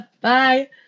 Bye